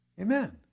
amen